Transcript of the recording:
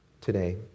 today